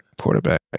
quarterback